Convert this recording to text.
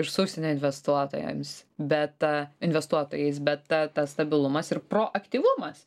ir su užsienio investuotojams bet ta investuotojais bet ta tas stabilumas ir pro aktyvumas